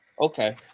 Okay